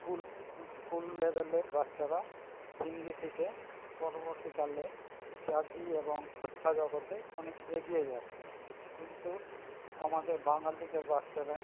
school school লেভেলে বাচ্চারা হিন্দি শেখে পরবর্তীকালে চাকরি এবং শিক্ষা জগতে অনেক এগিয়ে যাচ্ছে কিন্তু আমাদের বাঙালিদের বাচ্চারা